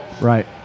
Right